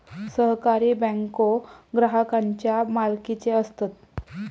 सहकारी बँको ग्राहकांच्या मालकीचे असतत